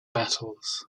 battles